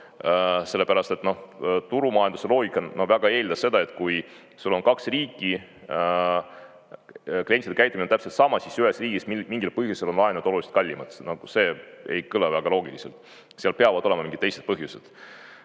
on. Noh, turumajanduse loogika eeldab seda, et kui sul on kaks riiki ja klientide käitumine on täpselt sama, siis miks ühes riigis mingil põhjusel on laenud oluliselt kallimad. See ei kõla väga loogiliselt, seal peavad olema mingid teised põhjused.